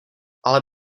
ale